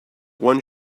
one